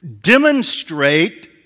demonstrate